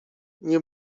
nie